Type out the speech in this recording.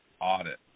audit